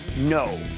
No